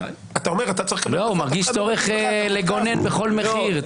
לא, הוא מרגיש צורך לגונן בכל מחיר.